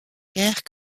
guerre